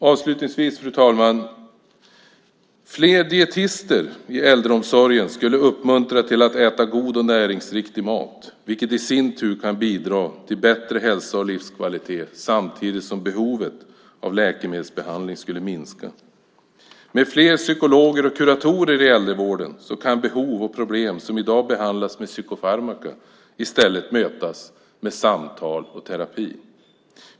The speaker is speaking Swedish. Avslutningsvis vill jag säga att fler dietister i äldreomsorgen skulle uppmuntra till att äta god och näringsriktig mat, vilket i sin tur kan bidra till bättre hälsa och livskvalitet samtidigt som behovet av läkemedelsbehandling skulle minska. Med fler psykologer och kuratorer i äldrevården kan behov och problem som i dag behandlas med psykofarmaka i stället mötas med samtal och terapi.